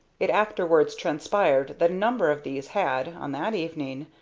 it afterwards transpired that a number of these had, on that evening,